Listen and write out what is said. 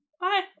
Bye